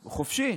חופשי.